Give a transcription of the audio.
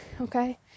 okay